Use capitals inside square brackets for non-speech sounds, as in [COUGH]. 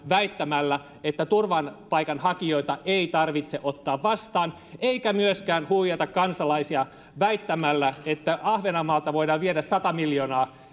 väittämällä että turvapaikanhakijoita ei tarvitse ottaa vastaan eikä myöskään huijata kansalaisia väittämällä että ahvenanmaalta voidaan viedä sata miljoonaa [UNINTELLIGIBLE]